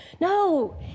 No